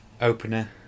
opener